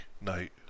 night